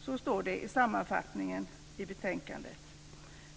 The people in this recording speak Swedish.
Så står det i sammanfattningen i betänkandet.